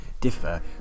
differ